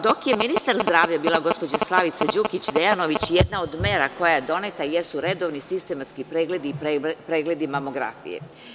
Dok je ministar zdravlja bila gospođa Slavica Đukić Dejanović, jedna od mera koja je doneta jesu redovni sistematski pregledi mamografije.